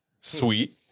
Sweet